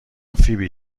فیبی